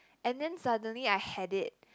and then suddenly I had it